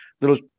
little